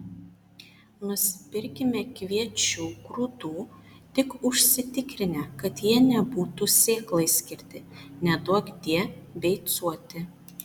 nusipirkime kviečių grūdų tik užsitikrinę kad jie nebūtų sėklai skirti neduokdie beicuoti